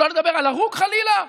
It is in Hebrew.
שלא לדבר על הרוג, חלילה.